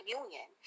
union